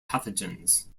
pathogens